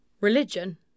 religion